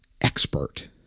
expert